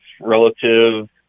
relative